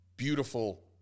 Beautiful